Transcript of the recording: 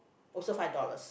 also five dollars